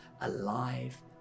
alive